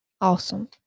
awesome